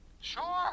Sure